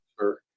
sure